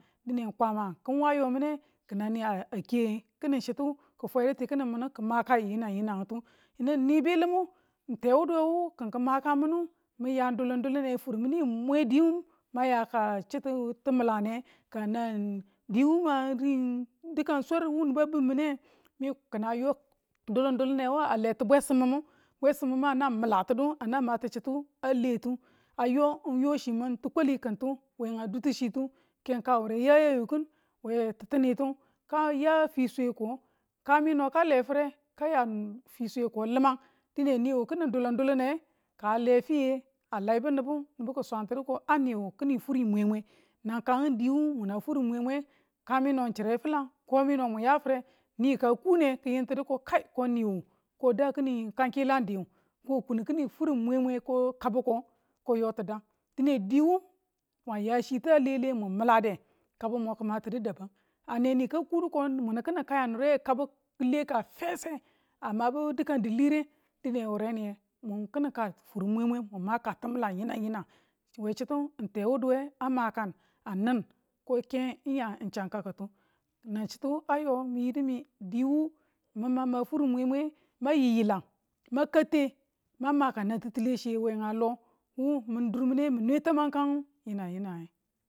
dine n kwama n kin wu a yo mine kin nan nii a ke kini chitu. Ki fwedu tikinin mine ki makayu yinanyinang tu yinu ng ni bilimu tewuduwe kin ki maka minu min yaan dulum dulume fur minu mwe diyu ma yaka chitu timilane ka nang diwu man rin dikan swar wu nibe a bin mine, mi kin a yo dulum dulume a leti bwesim mimu bwesim mimu a nang milatinu a nang maati chitu a le tu ayo n yo chimin kiwali kitu wenga dutu chitu ke n kawure a ya yayu kin we ti̱tti̱nitu ka ya fiswe ko kami no ka le fire ka ya fisweko limang dine niwu kini dulum dulum ka le fiye a laibu nibu, nibu ki swaanti ko niwu kini furi mwe mwe nang kangu diwu muna furi mwemwe kami no n chire filang muya fire ni ka kune ki yintudu ko kai kao niwu ko da kini kang kilang diyu ko kun kini furri mwemwe ko kabu ko ko yotin dang dine diwu mwan ya chi ta lele min milade kabu mo ki matinu ane nii ka kudu ko mun kini kayan nure kabu kile ka a mabu dilan diliren dine wure ninye mun kini ka furu mwen mwen mun ma ka timilan yinang yinang we chitu n tewuduwe a makan a nin ko ke n ya chakku tu nang chitu ayo mi yidu mi diwu min mi ma fur mwemwe ma yiyilang ma mang ka nan titile chiye we ng lo wu dur mine mi nwe tamange yinang yinang